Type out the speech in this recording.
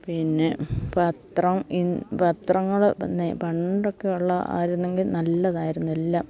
പിന്നെ പത്രം ഇ പത്രങ്ങൾ പണ്ടൊക്കെ ഉള്ള ആയിരുന്നെങ്കിൽ നല്ലതായിരുന്നു എല്ലാം